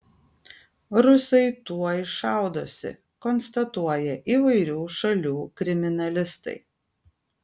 rusai tuoj šaudosi konstatuoja įvairių šalių kriminalistai